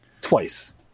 twice